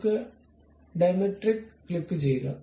നമുക്ക് ഡയമെട്രിക് ക്ലിക്കുചെയ്യുക